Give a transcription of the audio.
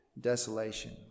desolation